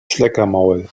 schleckermaul